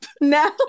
No